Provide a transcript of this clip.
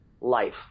life